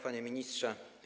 Panie Ministrze!